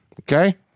okay